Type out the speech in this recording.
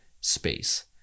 space